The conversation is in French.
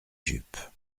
jupe